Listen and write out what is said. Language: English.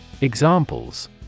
Examples